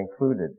included